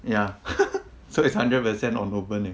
ya so it's hundred percent on opening